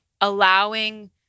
allowing